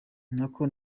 nako